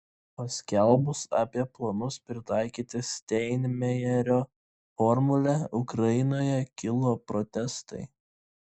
paskelbus apie planus pritaikyti steinmeierio formulę ukrainoje kilo protestai